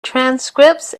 transcripts